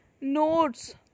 notes